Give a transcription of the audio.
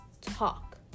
talk